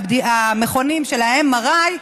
המכונים של ה-MRI,